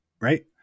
right